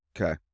okay